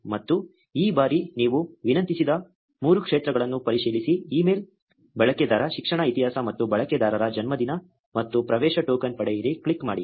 ಮತ್ತು ಈ ಬಾರಿ ನೀವು ವಿನಂತಿಸಿದ 3 ಕ್ಷೇತ್ರಗಳನ್ನು ಪರಿಶೀಲಿಸಿ ಇಮೇಲ್ ಬಳಕೆದಾರ ಶಿಕ್ಷಣ ಇತಿಹಾಸ ಮತ್ತು ಬಳಕೆದಾರರ ಜನ್ಮದಿನ ಮತ್ತು ಪ್ರವೇಶ ಟೋಕನ್ ಪಡೆಯಿರಿ ಕ್ಲಿಕ್ ಮಾಡಿ